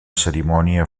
cerimònia